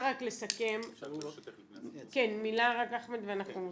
רק מילה אחמד ואנחנו מסכמים.